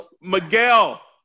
Miguel